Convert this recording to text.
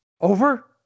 Over